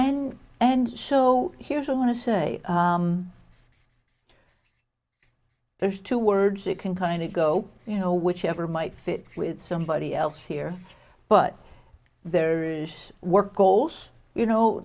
and and show here's i want to say there's two words that can kind of go you know whichever might fit with somebody else here but there is work goals you know